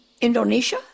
Indonesia